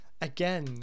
Again